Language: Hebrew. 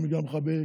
גם בגלל מכבי אש,